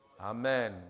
Amen